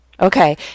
Okay